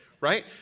Right